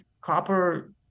copper